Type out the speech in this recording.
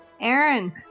Aaron